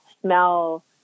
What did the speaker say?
smell